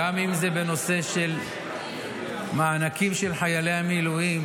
גם אם זה בנושא מענקים של חיילי המילואים,